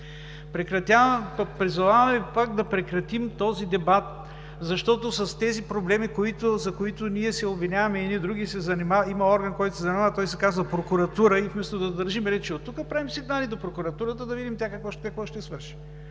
аз, нито Вие. Призовавам Ви пак да прекратим този дебат, защото с тези проблеми, за които се обвиняваме един друг, има орган, който се занимава, той се казва прокуратура. Вместо да държим речи от тук, правим сигнали до прокуратурата, да видим тя какво ще свърши.